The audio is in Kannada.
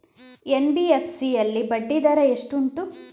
ಎನ್.ಬಿ.ಎಫ್.ಸಿ ಯಲ್ಲಿ ಬಡ್ಡಿ ದರ ಎಷ್ಟು ಉಂಟು?